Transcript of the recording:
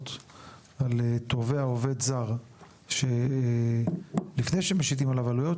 על תובע עובד זר שלפני שמשיטים עליו עלויות,